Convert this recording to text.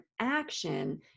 action